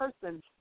person